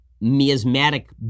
miasmatic